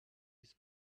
his